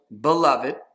beloved